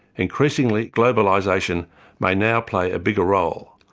increasingly, globalisation may now play a bigger role,